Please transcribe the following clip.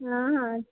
हँ हँ